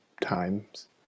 times